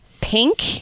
Pink